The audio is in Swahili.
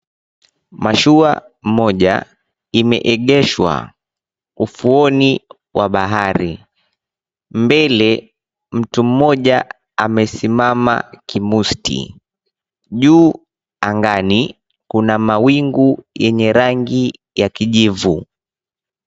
Mashua moja imeegeshwa ufuoni wa bahari. Mbele mtu mmoja amesimama kimusti. Juu angani kuna mawingu yenye rangi ya kijivu.